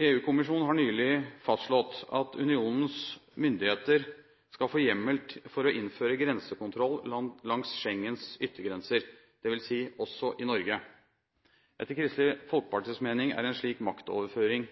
EU-kommisjonen har nylig fastslått at unionens myndigheter skal få hjemmel for å innføre grensekontroll langs Schengens yttergrenser, dvs. også i Norge. Etter Kristelig Folkepartis mening er en slik maktoverføring